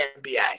NBA